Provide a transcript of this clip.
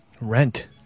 Rent